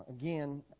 Again